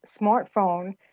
smartphone